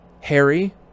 Harry